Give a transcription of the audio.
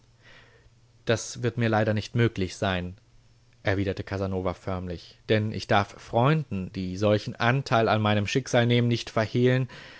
das wird mir leider nicht möglich sein erwiderte casanova förmlich denn ich darf freunden die solchen anteil an meinem schicksal nehmen nicht verhehlen